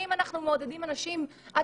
אנחנו מעודדים אנשים לפעילות גופנית.